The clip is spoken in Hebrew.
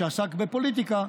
שעסק בפוליטיקה,